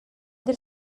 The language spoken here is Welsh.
mynd